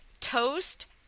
toast